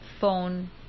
phone